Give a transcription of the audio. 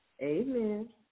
Amen